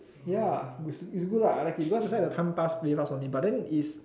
ya it's it's good lah I like it that's why the time pass pretty fast for me but then is